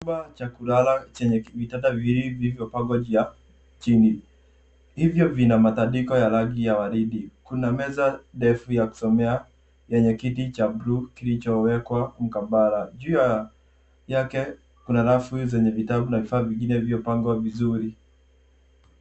Chumba cha kulala chenye vitanda viwili vilivyopangwa juu ya chini, hivyo vina matandiko vya rangi ya waridi. Kuna meza ndefu ya kusomea lenye kiti cha buluu kilichowekwa mkabala. Juu yake kuna rafu zenye vitabu na vifaa vingine viliyopangwa vizuri.